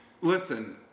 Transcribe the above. listen